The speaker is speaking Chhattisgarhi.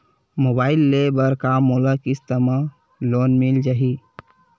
मोबाइल ले बर का मोला किस्त मा लोन मिल जाही?